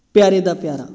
ਪਿਆਰੇ ਦਾ ਪਿਆਰਾ